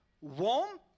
warm